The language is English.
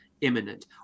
imminent